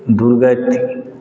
दुर्गति